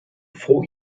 froh